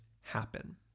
happen